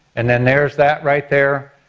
and then there's that right there.